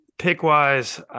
Pick-wise